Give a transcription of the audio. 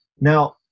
Now